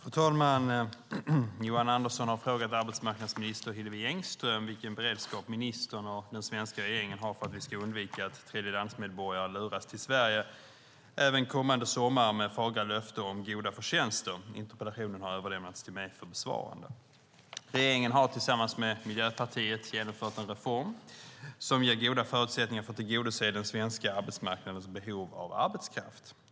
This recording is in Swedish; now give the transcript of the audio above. Fru talman! Johan Andersson har frågat arbetsmarknadsminister Hillevi Engström vilken beredskap ministern och den svenska regeringen har för att vi ska undvika att tredjelandsmedborgare luras till Sverige även kommande sommar med fagra löften om goda förtjänster. Interpellationen har överlämnats till mig för besvarande. Regeringen har tillsammans med Miljöpartiet genomfört en reform som ger goda förutsättningar för att tillgodose den svenska arbetsmarknadens behov av arbetskraft.